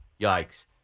Yikes